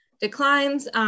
declines